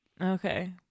okay